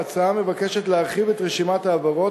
ההצעה מבקשת להרחיב את רשימת העבירות